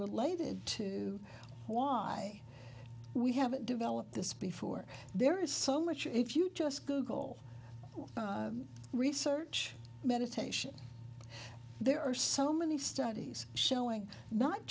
related to why we haven't developed this before there is so much if you just google research meditation there are so many studies showing not